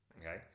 Okay